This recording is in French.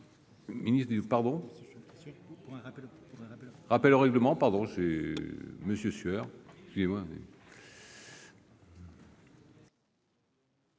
...